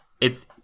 it's-